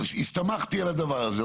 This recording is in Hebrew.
הסתמכתי על הדבר הזה,